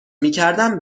میکردم